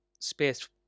space